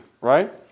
Right